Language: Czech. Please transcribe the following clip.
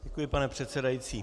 Děkuji, pane předsedající.